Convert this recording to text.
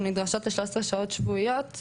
אנחנו נדרשות לכ-13 שעות שבועיות,